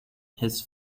his